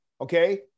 Okay